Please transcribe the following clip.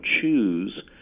choose